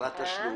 אז הם